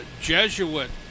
Jesuit